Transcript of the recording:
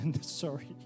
Sorry